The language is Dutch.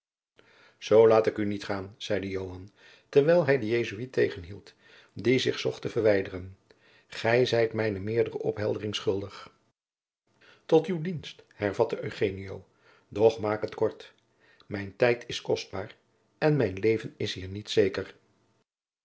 zoo laat ik u niet gaan zeide joan terwijl hij den jesuit tegenhield die zich zocht te verwijderen gij zijt mij meerdere ophelderingen schuldig tot uw dienst hervatte eugenio doch maak het kort mijn tijd is kostbaar en mijn leven is hier niet zeker